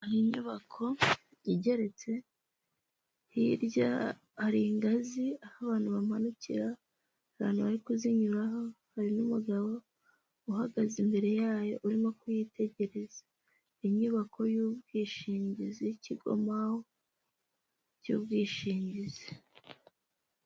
hari inyubako igeretse hirya hari ingazi aho abantu bamanukira abantu bari kuzinyuraho hari n'umugabo uhagaze imbere yayo urimo kuyitegereza inyubako y'ubwishingizi ikigo maho cy'ubwishingizi.